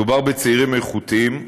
מדובר בצעירים איכותיים,